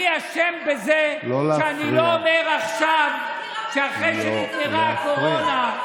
אני אשם בזה שאני לא אומר עכשיו שאחרי שנפתרה הקורונה,